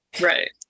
Right